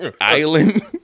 island